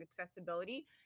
accessibility